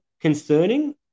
Concerning